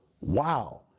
Wow